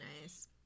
nice